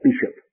bishop